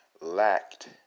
lacked